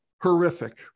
horrific